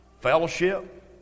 Fellowship